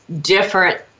different